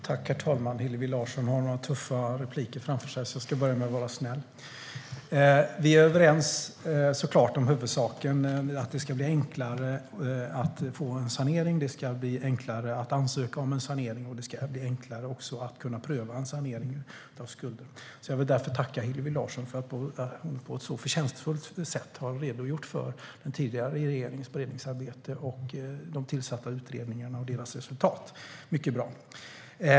Herr talman! Hillevi Larsson har några tuffa repliker framför sig, så jag ska börja med att vara snäll. Vi är överens om huvudsaken. Det ska bli enklare att ansöka om skuldsanering, enklare att få skuldsanering och enklare att pröva en skuldsanering. Jag vill tacka Hillevi Larsson för att hon på ett förtjänstfullt sätt har redogjort för den tidigare regeringens beredningsarbete och de tillsatta utredningarna och deras resultat.